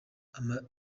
umubare